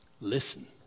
Listen